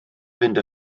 fynd